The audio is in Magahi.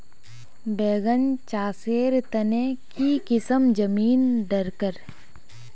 बैगन चासेर तने की किसम जमीन डरकर?